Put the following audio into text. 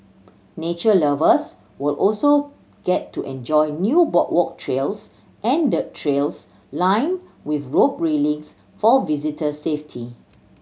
nature lovers will also get to enjoy new boardwalk trails and dirt trails lined with rope railings for visitor safety